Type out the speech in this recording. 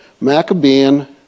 Maccabean